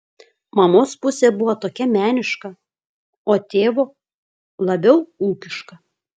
mamos pusė buvo tokia meniška o tėvo labiau ūkiška